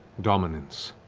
dominance,